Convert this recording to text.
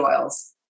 oils